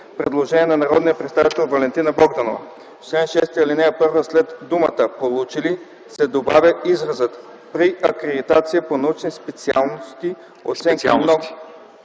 предложение на народния представител Валентина Богданова – в чл. 6, ал. 1 след думата „получили” се добавя изразът „при акредитация по научни специалности” оценка „много